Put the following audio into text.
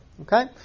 Okay